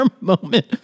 moment